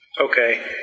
okay